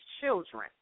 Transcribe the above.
children